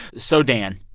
so, dan,